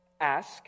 ask